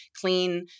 clean